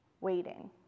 waiting